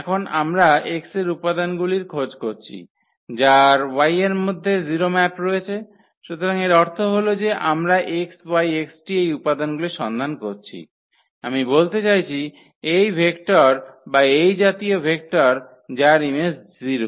এখন আমরা x এর উপাদানগুলির খোঁজ করছি যার y এর মধ্যে 0 ম্যাপ রয়েছে সুতরাং এর অর্থ হল যে আমরা xyxt এই উপাদানগুলির সন্ধান করছি আমি বলতে চাইছি এই ভেক্টর বা এই জাতীয় ভেক্টর যার ইমেজ 0